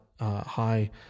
high